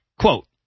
Quote